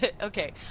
Okay